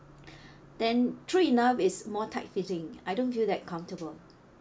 then true enough is more tight fitting I don't feel that comfortable